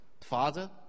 Father